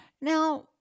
now